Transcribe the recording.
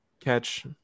catch